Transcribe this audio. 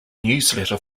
newsletter